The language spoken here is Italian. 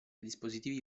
dispositivi